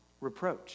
reproach